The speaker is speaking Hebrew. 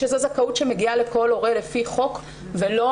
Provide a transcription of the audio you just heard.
שזו זכאות שמגיעה לכל הורה לפי חוק ולא